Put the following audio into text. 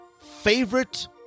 favorite